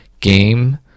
game